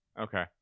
Okay